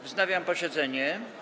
Wznawiam posiedzenie.